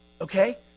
Okay